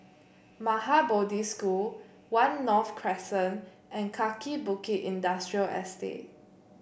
Maha Bodhi School One North Crescent and Kaki Bukit Industrial Estate